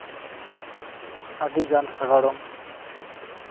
ᱟᱹᱰᱤᱜᱟᱱ ᱥᱟᱜᱟᱲᱚᱢ